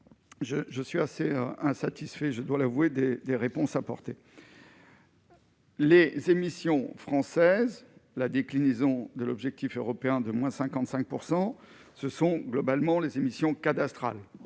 je suis assez insatisfait, je dois l'avouer des réponses apportées. Les émissions françaises la déclinaison de l'objectif européen de moins 55 % ce sont globalement les émissions cadastrale